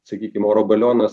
sakykim oro balionas